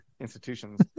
institutions